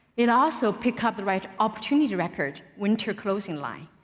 it also picked up the right opportunity record, winter closing line.